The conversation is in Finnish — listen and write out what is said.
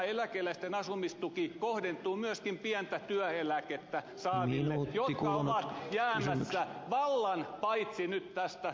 eläkeläisten asumistuki kohdentuu myöskin pientä työeläkettä saaville jotka ovat jäämässä vallan syrjään nyt tästä tulokehityksestä